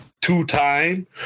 two-time